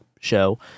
Show